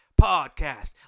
Podcast